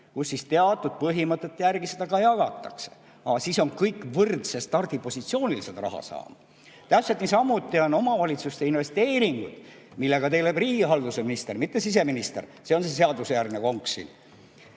kust teatud põhimõtete järgi seda jagatakse. Siis on kõik võrdsel stardipositsioonil seda raha saama. Täpselt niisamuti on omavalitsuste investeeringutega, millega tegeleb riigihalduse minister, mitte siseminister. See on see seadusjärgne konks